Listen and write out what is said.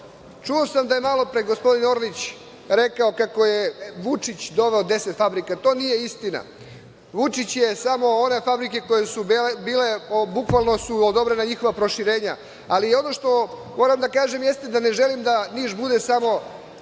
sam da je malopre gospodin Orlić rekao kako je Vučić doveo deset fabrika. To nije istina. Vučić je samo one fabrike za koje su bukvalno bila odobrena njihova proširenja. Ono što moram da kažem jeste da ne želim da Niš bude samo